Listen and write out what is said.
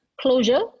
closure